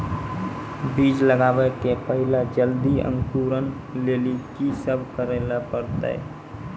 बीज लगावे के पहिले जल्दी अंकुरण लेली की सब करे ले परतै?